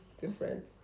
different